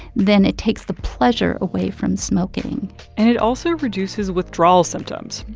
then it takes the pleasure away from smoking and it also reduces withdrawal symptoms.